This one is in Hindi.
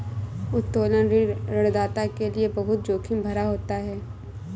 उत्तोलन ऋण ऋणदाता के लये बहुत जोखिम भरा होता है